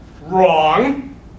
Wrong